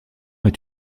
est